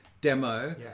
demo